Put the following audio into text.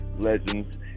legends